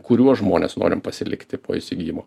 kuriuos žmones norim pasilikti po įsigijimo